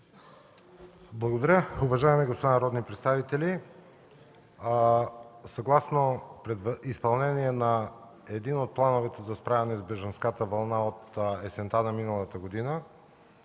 Благодаря. Уважаеми господа народни представители! Съгласно изпълнението на един от плановете за справяне с бежанската вълна от есента на миналата година